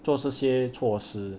做这些措施